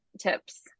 tips